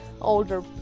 older